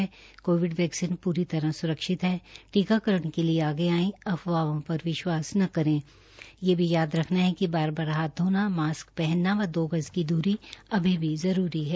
Covid vaccine पूरी तरह स्रक्षित है टीकाकरण के लिए आगे आएं अफवाहों पर विश्वास न करे यह भी याद रखना है कि बार बार हाथ धोना मास्क पहनना व दो गज की दूरी अभी भी जरूरी है